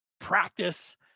practice